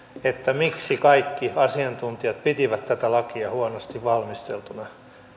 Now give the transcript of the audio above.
miksi kaikki asiantuntijat pitivät tätä lakia huonosti valmisteltuna